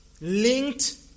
linked